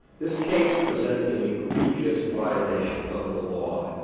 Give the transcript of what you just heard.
this case presents an egregious violation of the law.